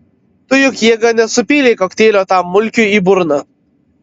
tu juk jėga nesupylei kokteilio tam mulkiui į burną